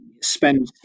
spend